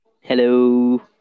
Hello